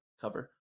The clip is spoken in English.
cover